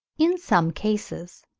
in some cases,